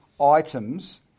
items